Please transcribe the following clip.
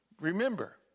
Remember